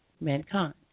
mankind